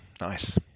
Nice